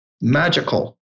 magical